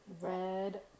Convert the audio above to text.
Red